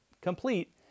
complete